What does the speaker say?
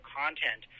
content